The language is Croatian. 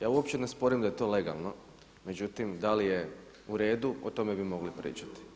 Ja uopće ne sporim da je to legalno, međutim da li je u redu o tome bi mogli pričati.